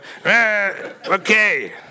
Okay